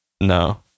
No